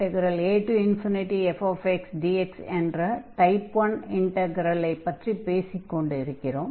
afxdx என்ற type 1 இன்டக்ரலை பற்றி பேசிக் கொண்டிருக்கிறோம்